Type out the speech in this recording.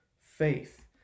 faith